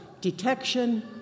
detection